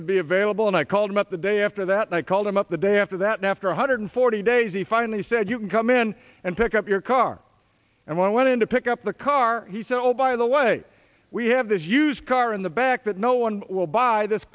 would be available and i called him up the day after that and i called him up the day after that after one hundred forty days he finally said you can come in and pick up your car and want to pick up the car he said oh by the way we have this huge car in the back that no one will buy this